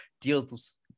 deals